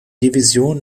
division